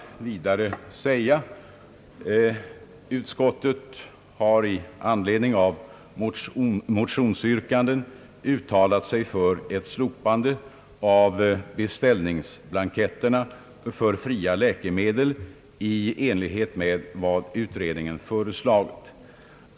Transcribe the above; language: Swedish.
Utskottet har i anledning av motionsyrkandet uttalat sig för ett slopande av beställningsblanketterna för fria läkemedel i enlighet med utredningens förslag.